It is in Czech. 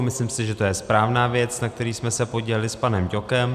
Myslím si, že je to správná věc, na které jsme se podíleli s panem Ťokem.